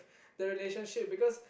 the relationship because